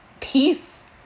peace